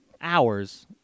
hours